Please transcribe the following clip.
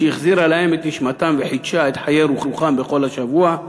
שהחזירה להם את נשמתם וחידשה את חיי רוחם בכל השבוע,